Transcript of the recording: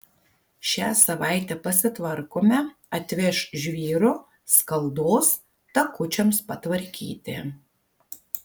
šią savaitę pasitvarkome atveš žvyro skaldos takučiams patvarkyti